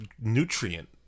nutrient